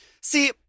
see